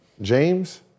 James